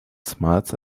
smiles